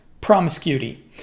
promiscuity